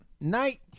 night